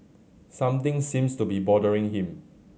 something seems to be bothering him